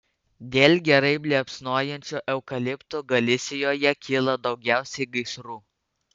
dėl gerai liepsnojančių eukaliptų galisijoje kyla daugiausiai gaisrų